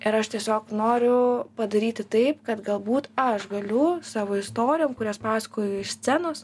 ir aš tiesiog noriu padaryti taip kad galbūt aš galiu savo istorijom kurias pasakoju iš scenos